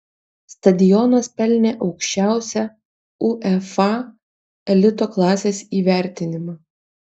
stadionas pelnė aukščiausią uefa elito klasės įvertinimą